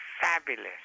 fabulous